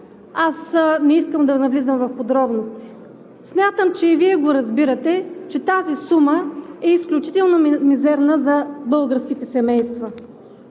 Аз не искам да навлизам в подробности. Смятам, че и Вие разбирате, че тази сума е изключително мизерна за българските семейства.